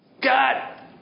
God